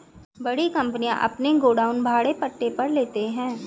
बड़ी कंपनियां अपने गोडाउन भाड़े पट्टे पर लेते हैं